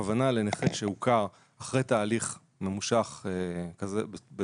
הכוונה לנכה שהוכר אחרי תהליך ממושך בטווח